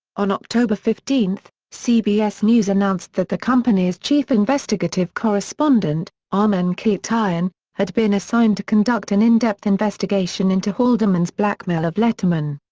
on october fifteen, cbs news announced that the company's chief investigative correspondent, armen keteyian, had been assigned to conduct an in-depth investigation into halderman's blackmail of letterman.